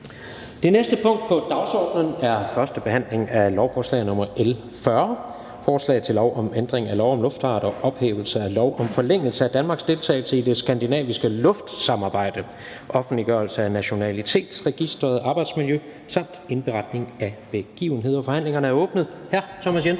Det næste punkt på dagsordenen er: 6) 1. behandling af lovforslag nr. L 40: Forslag til lov om ændring af lov om luftfart og ophævelse af lov om forlængelse af Danmarks deltagelse i det skandinaviske luftfartssamarbejde. (Offentliggørelse af nationalitetsregistret, arbejdsmiljø samt indberetning af begivenheder). Af transportministeren (Benny